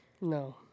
No